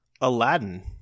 Aladdin